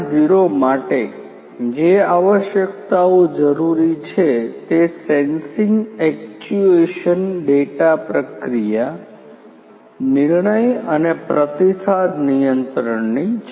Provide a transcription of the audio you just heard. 0 માટે જે આવશ્યકતાઓ જરૂરી છે તે સેન્સિંગ એક્ચ્યુએશન ડેટા પ્રક્રિયા નિર્ણય અને પ્રતિસાદ નિયંત્રણની છે